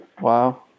Wow